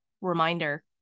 reminder